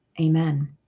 Amen